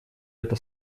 это